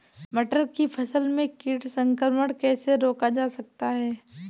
मटर की फसल में कीट संक्रमण कैसे रोका जा सकता है?